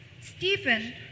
Stephen